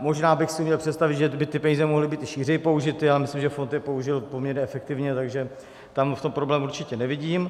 Možná bych si uměl představit, že by ty peníze mohly být i šířeji použity, já myslím, že fond je použil poměrně efektivně, takže tam v tom problém určitě nevidím.